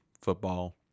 football